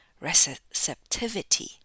receptivity